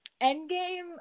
Endgame